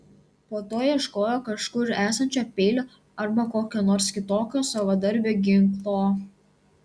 po to ieškojo kažkur esančio peilio arba kokio nors kitokio savadarbio ginklo